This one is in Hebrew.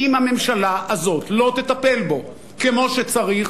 אם הממשלה הזאת לא תטפל בו כמו שצריך,